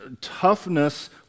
toughness